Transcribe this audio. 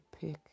pick